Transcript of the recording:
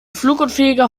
flugunfähiger